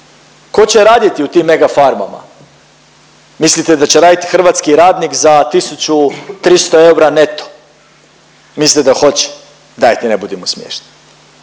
Tko će raditi u tim megafarmama? Mislite da će radit hrvatski radnik za 1300 eura neto? Mislite da hoće? Dajte ne budimo smiješni.